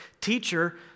Teacher